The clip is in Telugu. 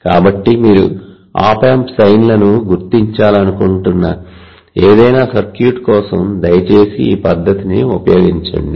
కాబట్టి మీరు ఆప్ ఆంప్ సైన్ లను గుర్తించాలనుకుంటున్న ఏదైనా సర్క్యూట్ కోసం దయచేసి ఈ పద్ధతిని ఉపయోగించండి